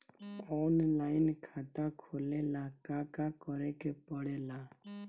Online खाता खोले ला का का करे के पड़े ला?